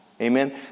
Amen